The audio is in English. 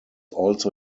also